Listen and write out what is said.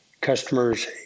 customers